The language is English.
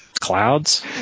clouds